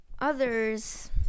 others